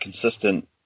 consistent